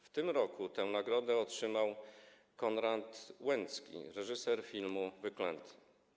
W tym roku tę nagrodę otrzymał Konrad Łęcki, reżyser filmu „Wyklęty”